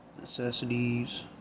necessities